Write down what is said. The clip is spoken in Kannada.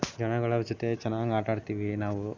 ಜನಗಳ ಜೊತೆ ಚೆನ್ನಾಗಿ ಆಟ ಆಡ್ತೀವಿ ನಾವು